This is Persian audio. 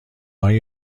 های